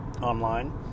online